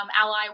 ally